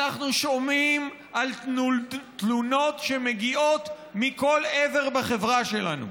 אנחנו שומעים על תלונות שמגיעות מכל עבר בחברה שלנו.